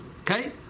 Okay